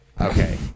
okay